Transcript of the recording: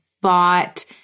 bought